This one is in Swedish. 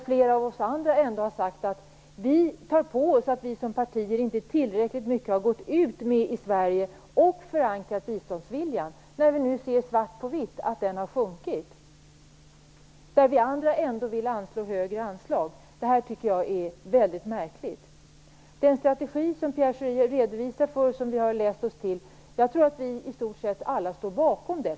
Flera av oss andra har tagit på oss att vi som partier inte tillräckligt mycket har gått ut i Sverige och förankrat biståndsviljan, som vi nu har svart på vitt på att den har sjunkit, och vi har också velat ha högre anslag. Det här tycker jag är väldigt märkligt. Den strategi som Pierre Schori redovisar, och som vi har läst oss till, tror jag att i stort sett alla står bakom.